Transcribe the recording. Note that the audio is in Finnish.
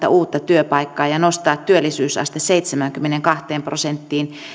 uutta työpaikkaa ja ja nostaa työllisyysaste seitsemäänkymmeneenkahteen prosenttiin